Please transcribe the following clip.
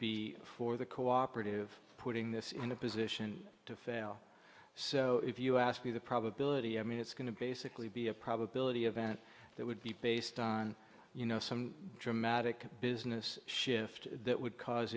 be for the cooperative putting this in a position to fail so if you ask me the probability i mean it's going to basically be a probability event that would be based on you know some dramatic business shift that would cause